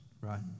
right